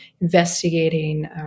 investigating